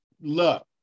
look